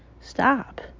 Stop